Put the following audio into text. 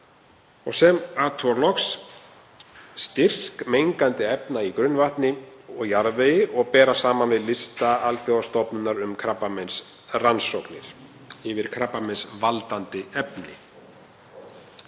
og sem athugar loks styrk mengandi efna í grunnvatni og jarðvegi og ber saman við lista Alþjóðastofnunar um krabbameinsrannsóknir yfir krabbameinsvaldandi efni.